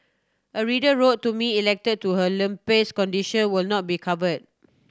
a reader wrote to me elated to her lupus condition will now be cover